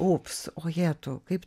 ups ojetau kaip